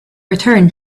return